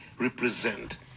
represent